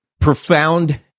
profound